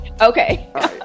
Okay